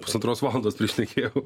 pusantros valandos prišnekėjau